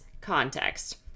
context